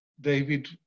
David